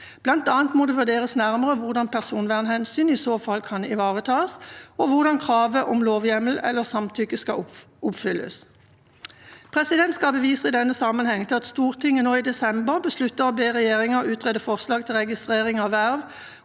Blant annet må det vurderes nærmere hvordan personvernhensyn i så fall kan ivaretas, og hvordan kravet om lovhjemmel eller samtykke skal oppfylles. Presidentskapet viser i denne sammenheng til at Stortinget nå i desember besluttet å be regjeringa utrede forslag til registrering av verv